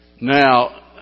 Now